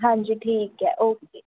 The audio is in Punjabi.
ਹਾਂਜੀ ਠੀਕ ਹੈ ਓਕੇ